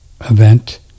event